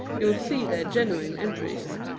you'll see they're genuine entries.